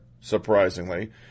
surprisingly